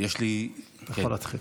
אתה יכול להתחיל.